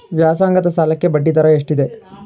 ವ್ಯಾಸಂಗದ ಸಾಲಕ್ಕೆ ಬಡ್ಡಿ ದರ ಎಷ್ಟಿದೆ?